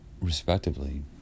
respectively